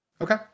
Okay